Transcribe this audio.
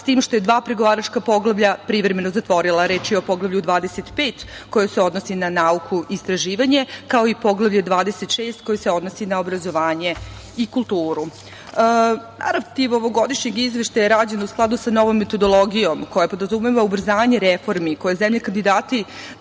s tim što je dva pregovaračka poglavlja privremeno zatvorila, a reč je o Poglavlju 25 koje se odnosi na nauku i istraživanje, kao i Poglavlje 26 koje se odnosi na obrazovanje i kulturu. Narativ ovogodišnjeg izveštaja je rađen u skladu sa novom metodologijom koja podrazumeva ubrzanje reformi, koje zemlje kandidati